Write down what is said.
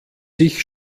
sich